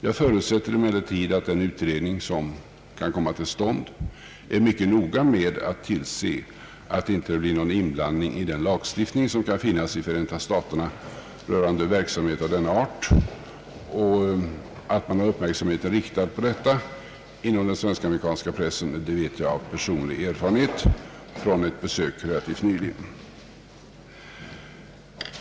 Jag förutsätter emellertid att den utredning som kan komma till stånd är mycket noga med att tillse att det inte blir någon inblandning i den lagstiftning som kan finnas i Förenta staterna rörande verksamhet av denna art. Att man har uppmärksamheten riktad på detta inom den svensk-amerikanska pressen vet jag av personlig erfarenhet från ett besök relativt nyligen.